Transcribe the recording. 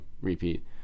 repeat